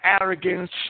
arrogance